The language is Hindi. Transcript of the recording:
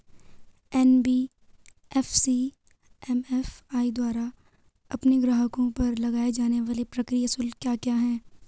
एन.बी.एफ.सी एम.एफ.आई द्वारा अपने ग्राहकों पर लगाए जाने वाले प्रक्रिया शुल्क क्या क्या हैं?